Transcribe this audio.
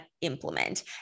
implement